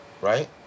right